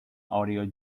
audio